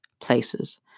places